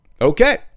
Okay